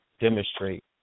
demonstrate